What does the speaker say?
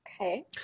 Okay